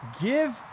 give